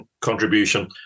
contribution